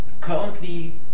currently